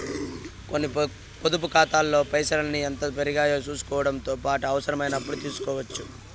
కొన్ని పొదుపు కాతాల్లో పైసల్ని ఎంత పెరిగాయో సూసుకోవడముతో పాటు అవసరమైనపుడు తీస్కోవచ్చు